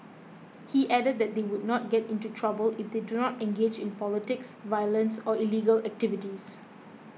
he added that they would not get into trouble if they do not engage in politics violence or illegal activities